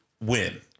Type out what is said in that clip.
win